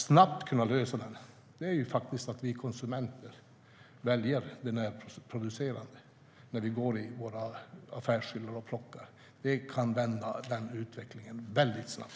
Ska den lösas måste vi konsumenter välja det närproducerade när vi går och plockar i affärshyllorna. Det kan vända utvecklingen snabbt.